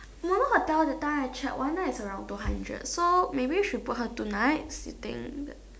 mono hotel that time I check one night is around two hundred so maybe we should book her two nights you think